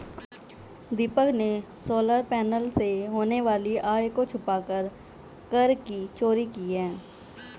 दीपक ने solar panel से होने वाली आय को छुपाकर कर की चोरी की है